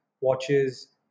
watches